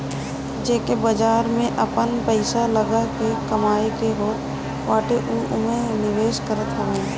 जेके बाजार में आपन पईसा लगा के कमाए के होत बाटे उ एमे निवेश करत हवे